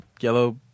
yellow